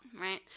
right